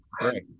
right